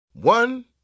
One